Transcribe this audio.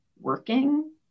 working